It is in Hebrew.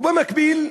ובמקביל,